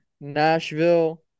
Nashville